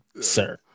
sir